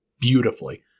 beautifully